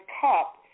cup